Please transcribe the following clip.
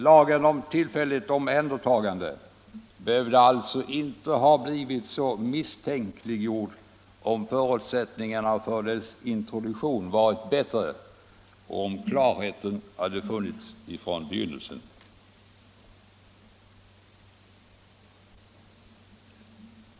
Lagen om tillfälligt omhändertagande behövde alltså inte ha blivit så misstänkliggjord, om förutsättningarna för dess introduktion varit bättre och om klarheten hade funnits från begynnelsen.